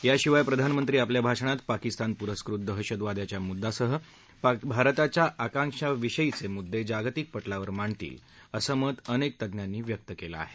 याशिवाय प्रधानमंत्री आपल्या भाषणात पाकिस्तान प्रस्कृत दहशतवादाच्या मुद्यासह भारताच्या आकांक्षाविषयीचे मुद्दे जागतिक पटलावर मांडतील असं मत अनेक तज्ञांनी व्यक्त केलं आहे